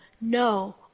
no